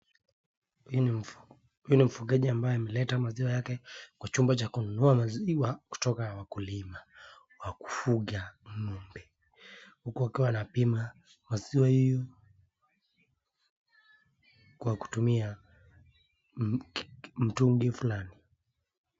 Huyu ni mfungaji ambaye ameleta maziwa yake kqa chumbabya kununua maziwa kutoka kwa qakulima qa kufuga ng'ombe, huku wakiwa wanapima maziwa hiyo kwa kutumia mtungi fulani.